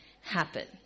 happen